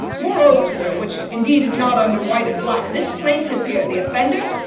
moreover, sir which, indeed, is not under white and black this plaintiff here, the offender,